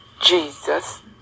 Jesus